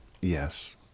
Yes